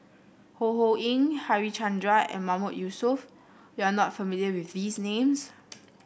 Ho Ho Ying Harichandra and Mahmood Yusof you are not familiar with these names